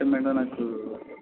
అంటే మేడం నాకు